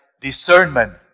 discernment